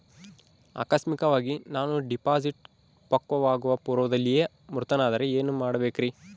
ಆಕಸ್ಮಿಕವಾಗಿ ನಾನು ಡಿಪಾಸಿಟ್ ಪಕ್ವವಾಗುವ ಪೂರ್ವದಲ್ಲಿಯೇ ಮೃತನಾದರೆ ಏನು ಮಾಡಬೇಕ್ರಿ?